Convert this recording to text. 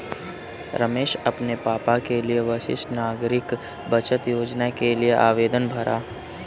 रमेश ने अपने पापा के लिए वरिष्ठ नागरिक बचत योजना के लिए आवेदन भरा